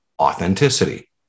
authenticity